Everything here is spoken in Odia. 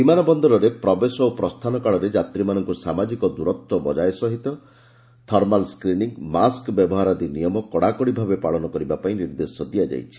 ବିମାନ ବନ୍ଦରରେ ପ୍ରବେଶ ଓ ପ୍ରସ୍ଥାନ କାଳରେ ଯାତ୍ରୀମାନଙ୍କୁ ସାମାଜିକ ଦୂରତ୍ୱ ବଜାୟ ସମେତ ଥର୍ମାଲ୍ ସ୍କ୍ରିନିଂ ମାସ୍କ ବ୍ୟବହାର ଆଦି ନିୟମ କଡ଼ାକଡ଼ି ଭାବେ ପାଳନ କରିବାପାଇଁ ନିର୍ଦ୍ଦେଶ ଦିଆଯାଇଛି